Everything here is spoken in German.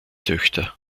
töchter